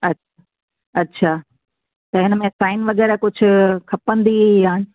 अच अच्छा त हिनमें साइन वग़ैरह कुझु खपंदी या